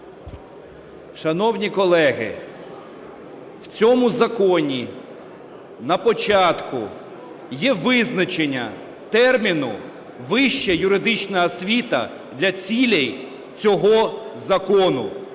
Шановні колеги, в цьому законі на початку є визначення терміну "вища юридична освіта" для цілей цього закону,